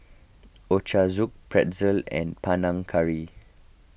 Ochazuke Pretzel and Panang Curry